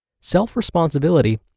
Self-responsibility